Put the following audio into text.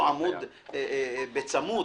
עמוד בצמוד.